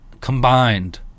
combined